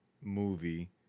movie